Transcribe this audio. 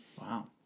Wow